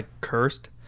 cursed